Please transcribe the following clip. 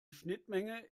schnittmenge